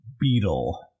beetle